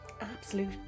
absolute